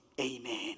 amen